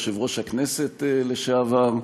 יושב-ראש הכנסת לשעבר,